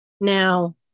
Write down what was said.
Now